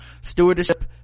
stewardship